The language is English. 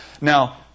Now